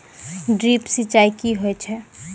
Drip सिंचाई कि होय छै?